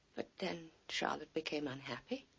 but then charlotte became unhappy.